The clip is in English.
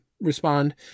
respond